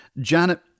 Janet